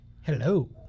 hello